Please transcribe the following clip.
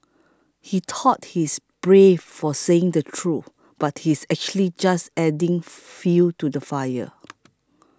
he thought he's brave for saying the truth but he's actually just adding fuel to the fire